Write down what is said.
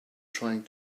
trying